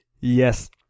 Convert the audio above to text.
Yes